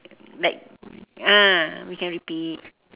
like ah we can repeat